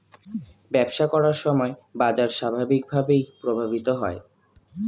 ব্যবসা করার সময় বাজার স্বাভাবিকভাবেই প্রভাবিত হয়